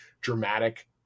dramatic